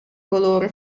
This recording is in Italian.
colore